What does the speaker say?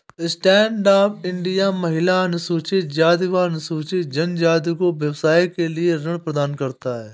stand up India महिला, अनुसूचित जाति व अनुसूचित जनजाति को व्यवसाय के लिए ऋण प्रदान करता है